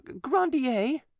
grandier